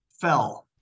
fell